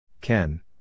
Ken